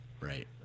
Right